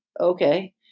okay